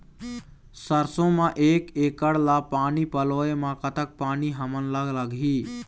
सरसों म एक एकड़ ला पानी पलोए म कतक पानी हमन ला लगही?